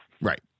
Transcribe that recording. Right